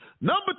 Number